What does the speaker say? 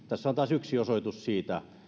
tässä on taas yksi osoitus siitä